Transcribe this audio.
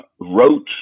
wrote